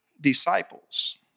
disciples